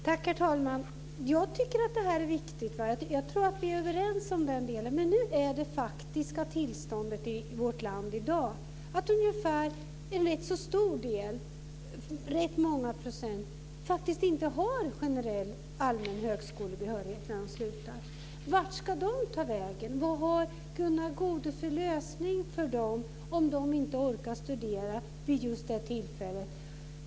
Herr talman! Jag tycker att det här är viktigt. Jag tror att vi är överens om den delen. Men nu är det faktiska tillståndet i vårt land i dag det att rätt många inte har generell, allmän högskolebehörighet när de slutar. Vart ska de ta vägen? Vad har Gunnar Goude för lösning för dem som inte orkar studera vid just det tillfället?